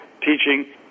teaching